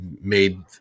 made